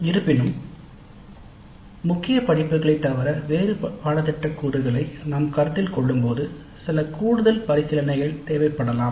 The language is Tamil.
இருப்பினும் முக்கிய படிப்புகளைத் தவிர வேறு பாடத்திட்ட கூறுகளை நாம் கருத்தில் கொள்ளும்போது சில கூடுதல் பரிசீலனைகள் தேவைப்படலாம்